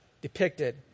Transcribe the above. depicted